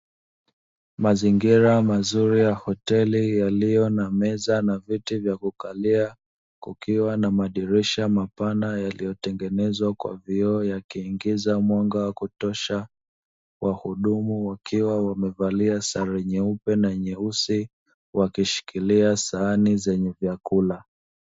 Mazingira mazuri ya hoteli yaliyo na meza na viti vya kukalia, kukiwa na madirisha mapana yaliyo tengenezwa kwa vioo yakiingiza mwanga wa kutosha, wahudumu wakiwa wamevalia sare nyeupe na nyeusi; wakishikilia sahani zenye vyakula.